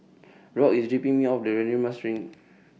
Rock IS dropping Me off The Radin Mas